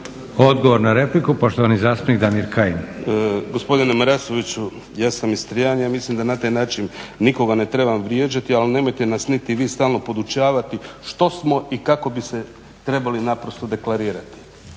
Odgovor na repliku, poštovani zastupnik Damir Kajin. **Kajin, Damir (Nezavisni)** Gospodine Marasoviću, ja sam Istrijan, ja mislim da na taj način nikoga ne trebam vrijeđati ali nemojte nas niti vi stalno podučavati što smo i kako bi se trebali naprosto deklarirati.